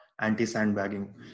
anti-sandbagging